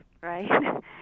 right